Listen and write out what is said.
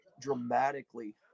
dramatically